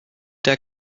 der